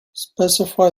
specify